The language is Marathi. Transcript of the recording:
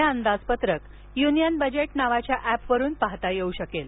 हे अंदाजपत्रक युनियन बजेट नावाच्या ऍपवरुन पाहता येऊ शकेल